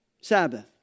Sabbath